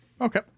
Okay